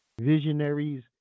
visionaries